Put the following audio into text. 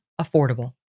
affordable